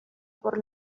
por